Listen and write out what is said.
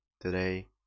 today